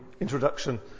introduction